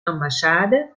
ambassade